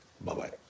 Bye-bye